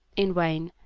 in vain.